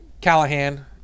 Callahan